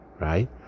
right